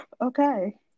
Okay